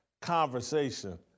conversation